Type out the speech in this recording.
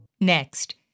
Next